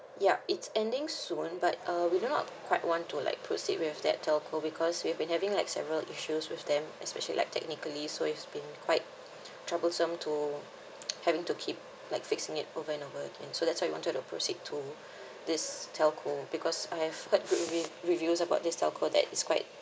yup it's ending soon but uh we do not quite want to like proceed with that telco because we've been having like several issues with them especially like technically so it's been quite troublesome to having to keep like fixing it provenable and so that's why we wanted to proceed to this telco because I have heard good review reviews about this telco that is quite